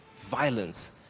violence